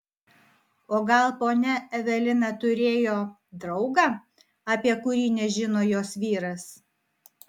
o gal ponia evelina turėjo draugą apie kurį nežino jos vyras